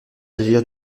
agir